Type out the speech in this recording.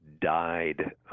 died